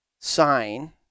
sign